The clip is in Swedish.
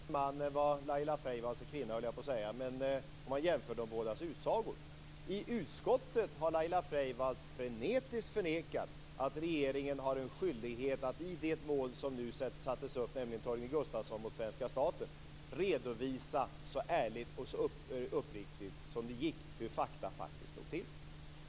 Fru talman! I ett hänseende är Göran Magnusson en bättre man än vad Laila Freivalds är kvinna, höll jag på att säga, om man jämför de bådas utsagor. I utskottet har Laila Freivalds frenetiskt förnekat att regeringen har en skyldighet att i det mål som nu sattes upp, nämligen Torgny Gustafsson mot svenska staten, redovisa så ärligt och så uppriktigt som det gick hur det faktiskt låg till med fakta.